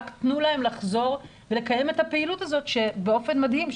רק תנו להם לחזור ולקיים את הפעילות הזאת שבאופן מדהים,